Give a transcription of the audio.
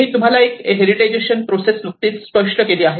मी तुम्हाला एक हेरिटेजिसेशन प्रोसेस नुकतीच स्पष्ट केली आहे